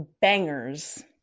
bangers